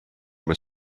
were